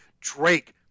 Drake